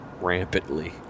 rampantly